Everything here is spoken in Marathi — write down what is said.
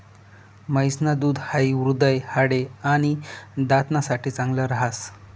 म्हैस न दूध हाई हृदय, हाडे, आणि दात ना साठे चांगल राहस